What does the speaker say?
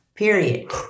period